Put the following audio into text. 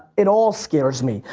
it all scares me.